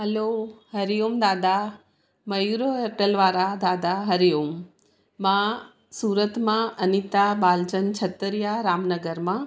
हलो हरिओम दादा मयूर होटल वारा दादा हरिओम मां सूरत मां अनीता बालचंद छतरिया रामनगर मां